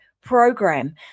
program